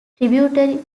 tributary